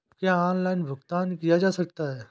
क्या ऑनलाइन भुगतान किया जा सकता है?